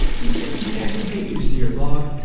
you will see where you can add new pages to your blog.